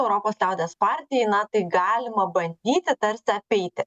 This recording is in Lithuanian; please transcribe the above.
europos liaudies partijai na tai galima bandyti tarsi apeiti